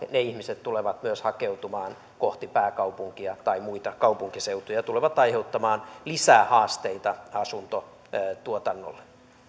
ne ihmiset tulevat myös hakeutumaan kohti pääkaupunkia tai muita kaupunkiseutuja ja tulevat aiheuttamaan lisää haasteita asuntotuotannolle